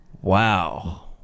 wow